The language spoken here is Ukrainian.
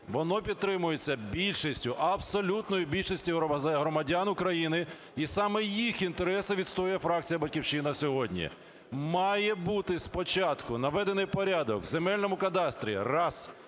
воно підтримується більшістю, абсолютною більшістю громадян України і саме їх інтереси відстоює фракція "Батьківщина" сьогодні. Має бути спочатку наведений порядок у земельному кадастрі – раз.